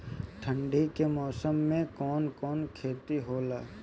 ठंडी के मौसम में कवन कवन खेती होला?